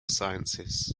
sciences